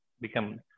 become